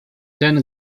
ten